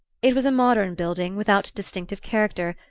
it was a modern building, without distinctive character,